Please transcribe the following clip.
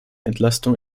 entlastung